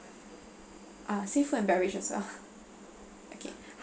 uh say food and beverage as well